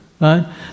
Right